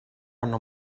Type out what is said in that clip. hanno